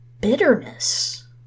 bitterness